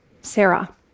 Sarah